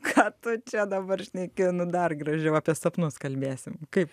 ką tu čia dabar šneki nu dar gražiau apie sapnus kalbėsim kaip